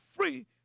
free